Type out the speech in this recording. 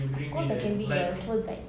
of course I can bring you I'm a tour guide